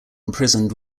imprisoned